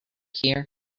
here